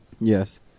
Yes